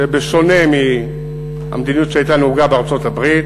בשונה מהמדיניות שהייתה בארצות הברית,